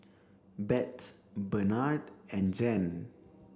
Bette Benard and Jann